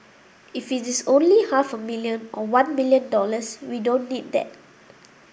if it is only half a million or one million dollars we don't need that